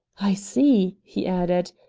i see, he added,